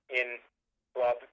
in-club